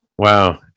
Wow